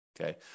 okay